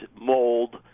mold